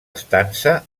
estança